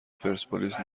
پرسپولیس